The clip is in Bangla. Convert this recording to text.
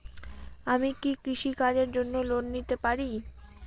আমি কি কৃষি কাজের জন্য লোন পেতে পারি?